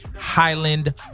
Highland